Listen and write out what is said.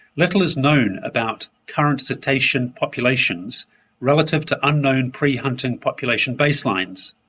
little is known about current cetacean populations relative to unknown pre-hunting population baselines.